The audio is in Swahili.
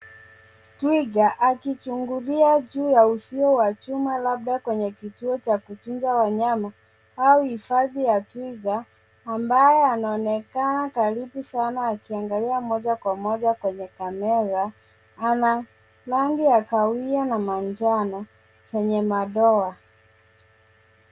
Twiga akichungulia juu ya uzio wa chuma labda kwenye kituo cha kutunza wanayama au hifadhi ya twiga ambaye anaonekana karibu sana akiangalia moja kwa moja kwenye kamera. Ana rangi ya kahawia na manjano zenye madoa.